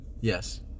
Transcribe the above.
Yes